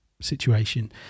situation